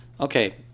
okay